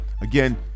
Again